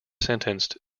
sentenced